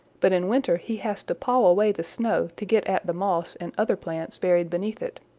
but in winter he has to paw away the snow to get at the moss and other plants buried beneath it.